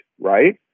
right